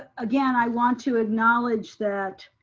again, i want to acknowledge that